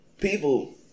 People